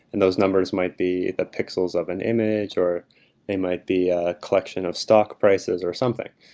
and those numbers might be the pixels of an image or they might be a collection of stock prices, or something,